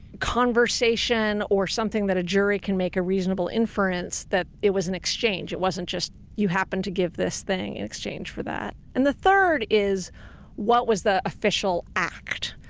conversation or something that a jury can make a reasonable inference that it was an exchange, it wasn't just you happen to give this thing in exchange for that. and the third is what was the official act?